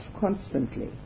constantly